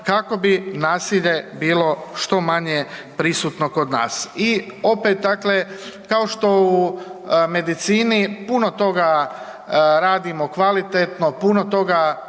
kako bi nasilje bilo što manje prisutno kod nas. I opet dakle kao što u medicini puno toga radimo kvalitetno, puno toga,